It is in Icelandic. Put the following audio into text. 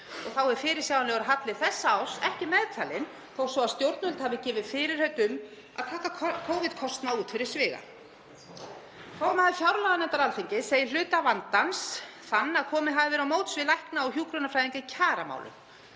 Þá er fyrirsjáanlegur halli þessa árs ekki meðtalinn þó svo að stjórnvöld hafi gefið fyrirheit um að taka Covid-kostnað út fyrir sviga. Formaður fjárlaganefndar Alþingis segir hluta vandans þann að komið hafi verið á móts við lækna og hjúkrunarfræðinga í kjaramálum.